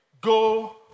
Go